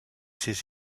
ses